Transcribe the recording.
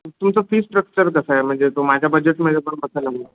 तुमचं fee structure कसं आहे म्हणजे तो माझ्या बजेटमध्ये पण बसायला हवा